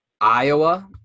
Iowa